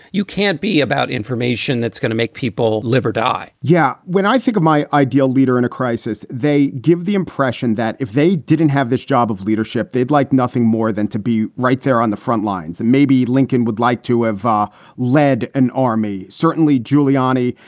you can't be about information that's going to make people live or die yeah. when i think of my ideal leader in a crisis, they give the impression that if they didn't have this job of leadership, they'd like nothing more than to be right there on the frontlines. and maybe lincoln would like to have um led an army. certainly giuliani.